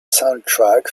soundtrack